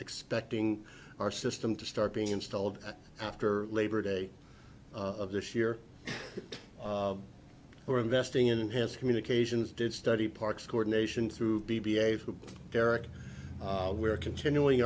expecting our system to start being installed after labor day of this year we're investing in his communications did study parks coordination through b b a derek we're continuing